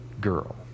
girl